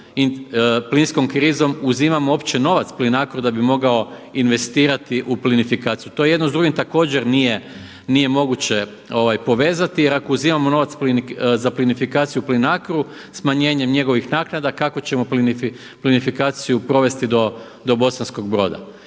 plinskom krizom uzimamo uopće novac Plinacro-u da bi mogao investirati u plinifikaciju. To jedno s drugim također nije moguće povezati jer ako uzimamo novac za plinifikaciju u Plinacru, smanjenjem njegovim naknada kako ćemo plinifikaciju provesti do Bosanskog Broda.